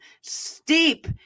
steep